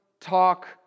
talk